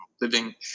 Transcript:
living